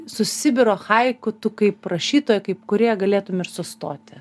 su sibiro haiku tu kaip rašytoja kaip kūrėja galėtum ir sustoti